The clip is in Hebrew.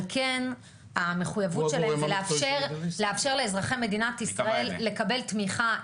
על כן המחויבות שלהם זה לאפשר לאזרחי מדינת ישראל לקבל תמיכה,